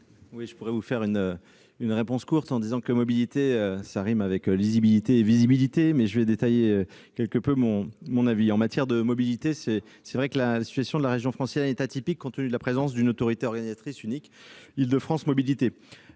? Je pourrais faire une réponse courte en disant que « mobilité » rime avec « lisibilité » et avec « visibilité ». Mais je vais détailler quelque peu mon avis. En matière de mobilités, la situation de la région francilienne est en effet atypique, compte tenu de la présence d'une autorité organisatrice unique, Île-de-France Mobilités.